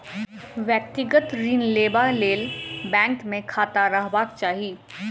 व्यक्तिगत ऋण लेबा लेल बैंक मे खाता रहबाक चाही